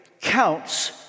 counts